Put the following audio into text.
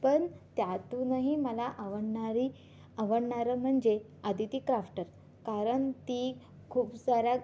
पण त्यातूनही मला आवडणारी आवडणारं म्हणजे अदिती क्राफ्टर कारण ती खूप साऱ्या